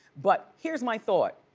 but, here's my thought.